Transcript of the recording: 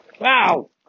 Wow